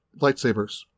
lightsabers